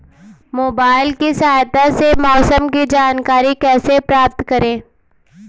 Mobile की सहायता से मौसम की जानकारी कैसे प्राप्त करें?